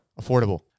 affordable